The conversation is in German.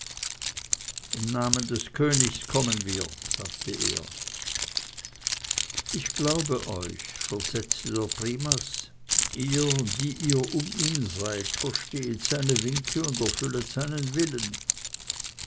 im namen des königs kommen wir sagte er ich glaube euch versetzte der primas ihr die ihr um ihn seid verstehet seine winke und erfüllet seinen willen